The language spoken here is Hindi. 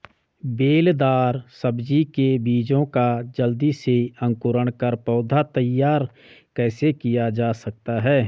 बेलदार सब्जी के बीजों का जल्दी से अंकुरण कर पौधा तैयार कैसे किया जा सकता है?